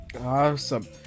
awesome